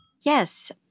Yes